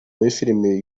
mafilimi